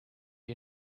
you